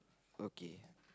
okay